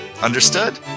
Understood